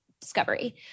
discovery